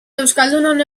euskaldunon